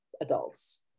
adults